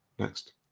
Next